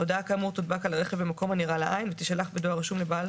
הודעה כאמור תודבק על הרכב במקום הנראה לעין ותישלח בדואר רשום לבעל